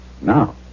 Now